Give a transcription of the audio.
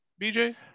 BJ